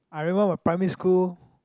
I remember my primary school